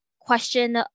question